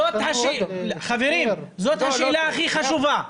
זו השאלה הכי חשובה.